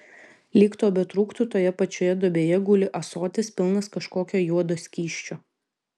lyg to betrūktų toje pačioje duobėje guli ąsotis pilnas kažkokio juodo skysčio